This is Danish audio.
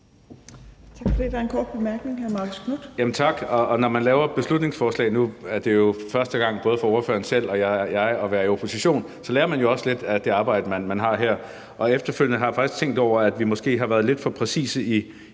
Tak for det. Der er en kort bemærkning. Hr. Marcus Knuth.